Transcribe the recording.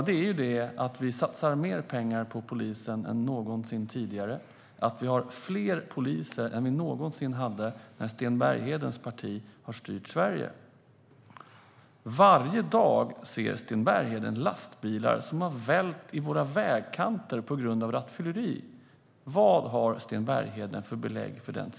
Det är att vi satsar mer pengar på polisen än någonsin tidigare och att Sverige har fler poliser än det någonsin hade när Sten Berghedens parti styrde landet. Varje dag ser Sten Bergheden lastbilar i våra vägkanter som har vält på grund av rattfylleri. Vad har Sten Bergheden för belägg för det?